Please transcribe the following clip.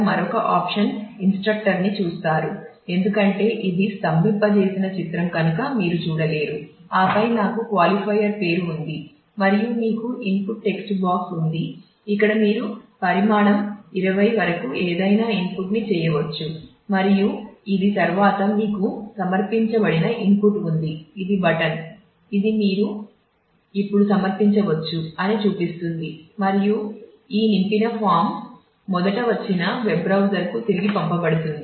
మొదటి ఎంపిక స్టూడెంట్కు తిరిగి పంపబడుతుంది